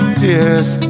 tears